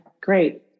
Great